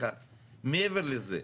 מעבר לזה,